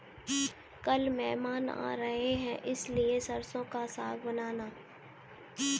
कल मेहमान आ रहे हैं इसलिए सरसों का साग बनाना